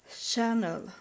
channel